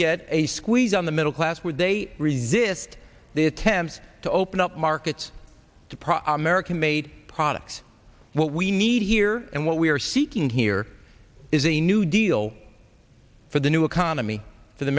get a squeeze on the middle class where they resist the attempt to open up markets to american made products what we need here and what we are seeking here is a new deal for the new economy for the